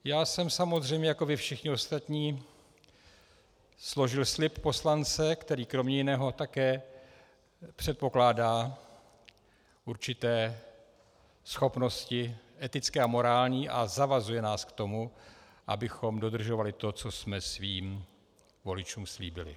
Já jsem samozřejmě jako vy všichni ostatní složil slib poslance, který kromě jiného také předpokládá určité schopnosti etické a morální a zavazuje nás k tomu, abychom dodržovali to, co jsme svým voličům slíbili.